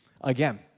Again